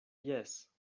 jes